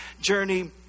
journey